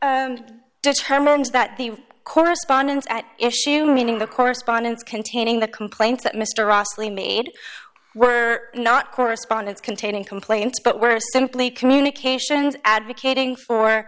also determines that the correspondence at issue meaning the correspondence containing the complaint that mr rossley made were not correspondence containing complaints but were simply communications advocating for